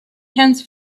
hands